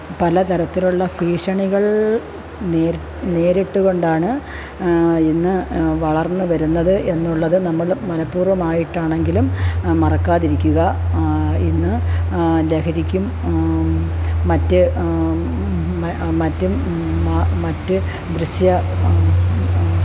പല തരത്തിലുള്ള ഭീഷണികള് നേരി നേരിട്ട് കൊണ്ടാണ് ഇന്ന് വളര്ന്ന് വരുന്നത് എന്നുള്ളത് നമ്മള് മനപൂര്വ്വമായിട്ടാണെങ്കിലും മറക്കാതിരിക്കുക ഇന്ന് ലഹരിക്കും മറ്റ് മറ്റും മറ്റ് ദൃശ്യ